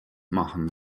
machen